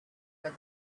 when